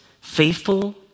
faithful